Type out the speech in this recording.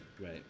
Right